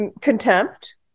contempt